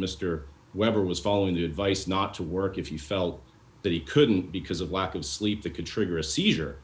mr weber was following the advice not to work if you felt that he couldn't because of lack of sleep that could trigger a seizure